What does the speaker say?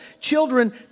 children